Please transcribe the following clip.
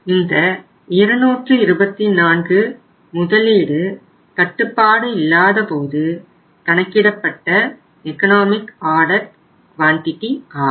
இந்த 224 முதலீட்டு கட்டுப்பாடு இல்லாத போது கணக்கிடப்பட்ட எக்கனாமிக் ஆர்டர் குவாண்டிடி ஆகும்